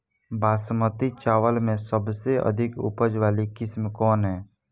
बासमती चावल में सबसे अधिक उपज वाली किस्म कौन है?